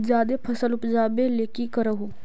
जादे फसल उपजाबे ले की कर हो?